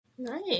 Nice